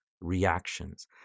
reactions